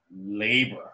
labor